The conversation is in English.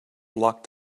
locked